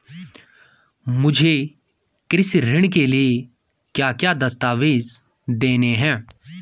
मुझे कृषि ऋण के लिए क्या क्या दस्तावेज़ देने हैं?